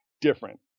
different